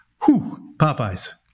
Popeye's